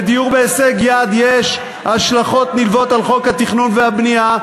לדיור בהישג יד יש השלכות נלוות על חוק התכנון והבנייה.